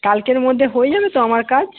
কালকের মধ্যে হয়ে যাবে তো আমার কাজ